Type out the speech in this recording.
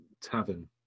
tavern